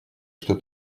что